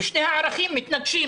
ושני הערכים האלה מתנגשים,